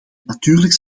natuurlijk